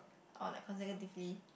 or like consecutively